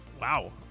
Wow